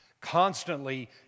Constantly